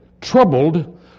troubled